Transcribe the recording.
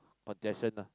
congestion lah